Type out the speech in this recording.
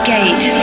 Gate